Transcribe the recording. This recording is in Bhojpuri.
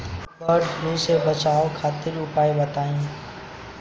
वड फ्लू से बचाव खातिर उपाय बताई?